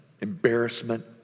embarrassment